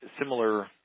similar